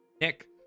Nick